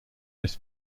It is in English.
this